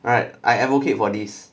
alright I advocate for this